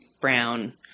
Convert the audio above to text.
Brown